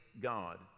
God